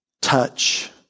touch